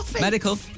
medical